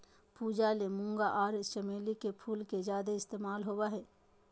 पूजा ले मूंगा आर चमेली के फूल के ज्यादे इस्तमाल होबय हय